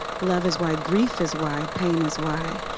love is why, grief is why, pain is why.